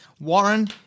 Warren